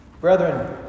Brethren